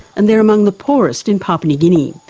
and they're among the poorest in papua new guinea.